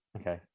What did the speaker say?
Okay